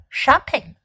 shopping